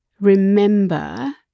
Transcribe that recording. remember